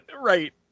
right